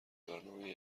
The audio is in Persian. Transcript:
برنامه